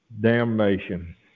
damnation